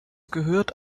gehört